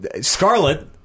Scarlet